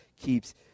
keeps